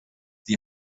die